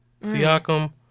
Siakam